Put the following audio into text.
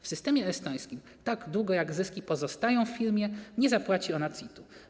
W systemie estońskim tak długo, jak zyski pozostają w firmie, nie zapłaci ona CIT-u.